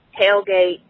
tailgate